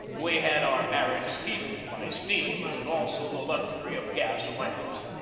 we had our barracks heated by steam and also the luxury of gas lamps.